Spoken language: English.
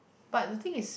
but the thing is